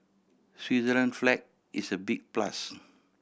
Switzerland flag is a big plus